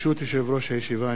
ברשות יושב-ראש הישיבה,